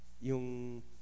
yung